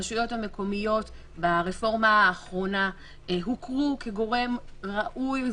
הרשויות המקומיות ברפורמה האחרונה הוכרו כגורם ראוי,